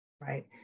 right